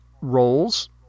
roles